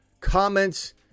comments